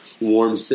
warm